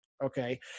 Okay